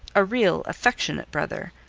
a real, affectionate brother.